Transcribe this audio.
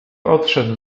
odszedł